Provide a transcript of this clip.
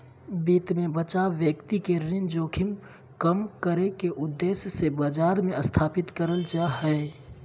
वित्त मे बचाव व्यक्ति के ऋण जोखिम कम करे के उद्देश्य से बाजार मे स्थापित करल जा हय